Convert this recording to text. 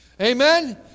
Amen